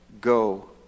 Go